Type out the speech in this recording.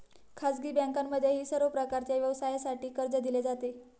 खाजगी बँकांमध्येही सर्व प्रकारच्या व्यवसायासाठी कर्ज दिले जाते